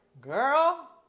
Girl